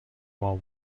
while